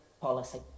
policy